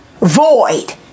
void